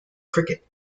cricket